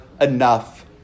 enough